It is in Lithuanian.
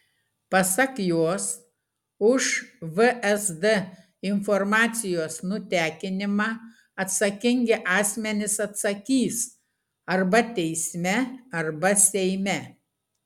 pasak jos už vsd informacijos nutekinimą atsakingi asmenys atsakys arba teisme arba seime